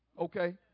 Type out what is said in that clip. Okay